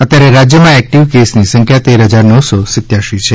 અત્યારે રાજ્યમાં એક્ટીવ કેસની સંખ્યા તેર હજાર નવસો સિત્યાસી છે